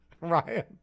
Ryan